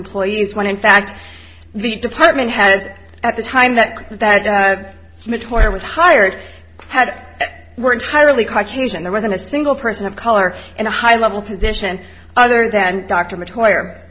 employees when in fact the department heads at the time that that was hired had were entirely and there wasn't a single person of color in a high level position other than dr mc